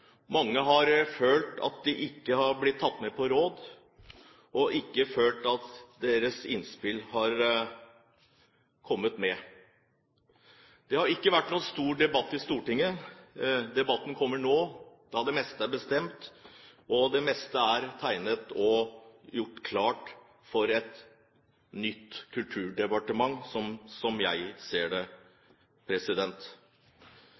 Mange har følt at de ikke har blitt tatt med på råd, og de har følt at deres innspill ikke har kommet med. Det har ikke vært noen stor debatt i Stortinget. Debatten kommer nå da det meste er bestemt og det meste er tegnet og gjort klart for et nytt kulturdepartement, slik jeg ser